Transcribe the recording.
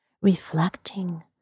reflecting